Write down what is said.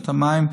רשות המים,